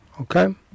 okay